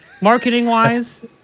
Marketing-wise